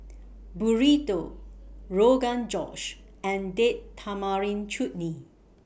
Burrito Rogan Josh and Date Tamarind Chutney